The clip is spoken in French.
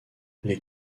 les